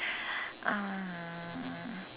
uh